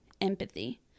empathy